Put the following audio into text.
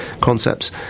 concepts